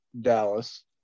Dallas